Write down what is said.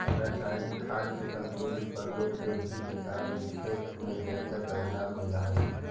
रसायनिक खाद के संतुलित प्रयोग से भी किसान के खेत में बेहतर परिणाम मिलऽ हई